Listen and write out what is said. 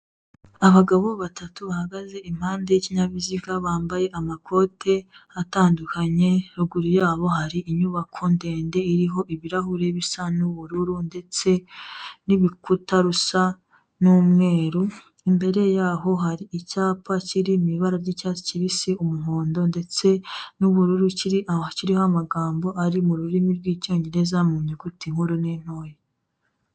Abagabo batatu bahagaze impande y'ikinyabiziga bambaye amakote atandukanye, ruguru yabo hari inyubako ndende iriho ibirahure bisa n'ubururu ndetse n'ibikuta rusa n'umweru, imbere yaho hari icyapa kiri mu ibara ry'icyatsi kibisi, umuhondo ndetse n'ubururu kiri aho kiriho amagambo ari mu rurimi rw'Icyongereza mu nyuguti nkuru n'intoya.